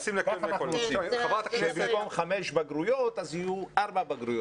מה יקרה אם במקום חמש בגרויות יהיו ארבע בגרויות?